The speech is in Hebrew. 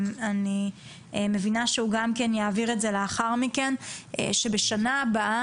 אני מבינה שהוא גם כן יעביר את זה לאחר מכן שבשנה הבאה